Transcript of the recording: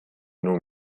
nun